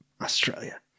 Australia